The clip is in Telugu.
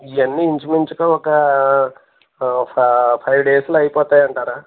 ఇవన్నీ ఇంచుమించుగా ఒక ఒక ఫైవ్ డేస్లో అయిపోతాయి అంటారా